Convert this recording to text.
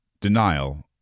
Denial